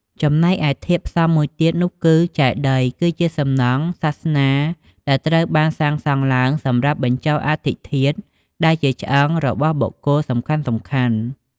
ចំណែកឯធាតុផ្សំមួយទៀតនោះគឺ ចេតិយ គឺជាសំណង់សាសនាដែលត្រូវបានសាងសង់ឡើងសម្រាប់ បញ្ចុះអដ្ឋិធាតុ ដែលជាឆ្អឹង របស់បុគ្គលសំខាន់ៗ។